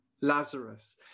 Lazarus